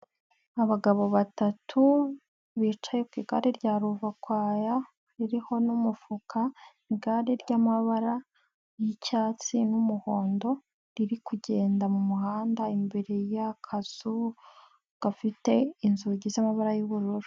Abagabo batatu bicaye ku igare rya ruvakwaya ririho n'umufuka, igare ry'amabara y'icyatsi n'umuhondo riri kugenda mu muhanda, imbere y'akazu gafite inzugi z'amabara y'ubururu.